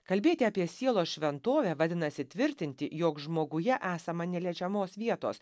kalbėti apie sielos šventovę vadinasi tvirtinti jog žmoguje esama neliečiamos vietos